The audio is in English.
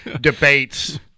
debates